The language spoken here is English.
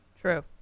True